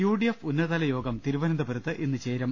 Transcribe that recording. U D F ഉന്നതതല യോഗം തിരുവനന്തപുരത്ത് ഇന്ന് ചേരും